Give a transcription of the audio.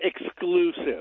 exclusive